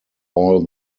all